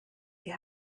die